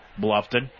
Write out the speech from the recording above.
Bluffton